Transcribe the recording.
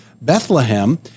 Bethlehem